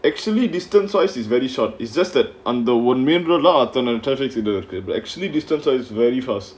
actually distance wise is very short it's just that அந்த:antha main road leh அத்தன:aththana traffic lights இருக்கு:irukku actually distance wise very fast